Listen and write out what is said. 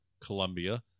Colombia